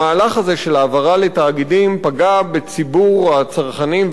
המהלך הזה של העברה לתאגידים פגע בציבור הצרכנים,